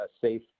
safe